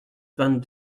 vingt